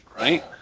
Right